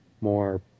more